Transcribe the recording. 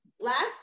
last